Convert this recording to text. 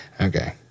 Okay